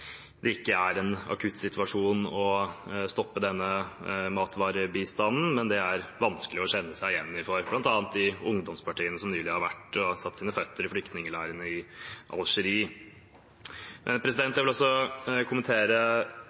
det ikke er en akutt situasjon å stoppe denne matvarebistanden, men det er det vanskelig å kjenne seg igjen i, bl.a. for de ungdomspartiene som nylig har satt sine føtter i flyktningleirene i Algerie. Jeg vil også kommentere